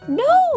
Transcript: no